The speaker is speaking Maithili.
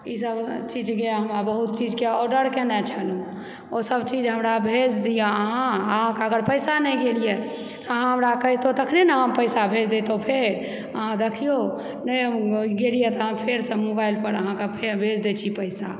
ईसभ चीजकेँ हमरा बहुत चीजकेँ ऑर्डर कयने छलहुँ ओसभ चीज हमरा भेज दिऔ अहाँ अहाँकेँ अगर पैसा नहि गेल यऽ त अहाँ हमरा कहितहुँ तखने नऽ हम पैसा भेज देतहुँ फेर अहाँ देखिऔ नहि गेल यऽ तऽ फेरसँ अहाँकऽ मोबाइल पर फेर भेज दय छी पैसा